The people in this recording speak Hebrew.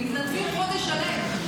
הם מתנדבים חודש שלם.